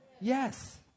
Yes